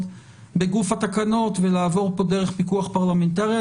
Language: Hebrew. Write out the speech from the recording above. בגוף התקנות ולעבור פה דרך פיקוח פרלמנטרי.